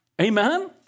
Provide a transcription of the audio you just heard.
Amen